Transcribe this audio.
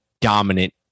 dominant